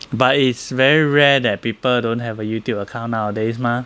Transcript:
but it's very rare that people don't have a Youtube account nowadays mah